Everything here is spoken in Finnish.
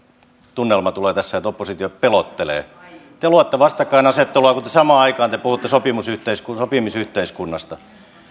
tunnelma tulee tässä että oppositio pelottelee te luotte vastakkainasettelua kun samaan aikaan te puhutte sopimisyhteiskunnasta